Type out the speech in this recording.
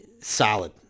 solid